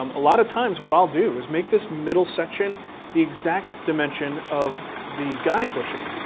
um a lot of times what i'll do is make this middle section the exact dimension of the guide bushing.